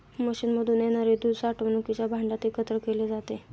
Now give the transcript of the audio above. मशीनमधून येणारे दूध साठवणुकीच्या भांड्यात एकत्र केले जाते